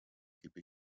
keep